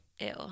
ew